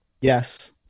Yes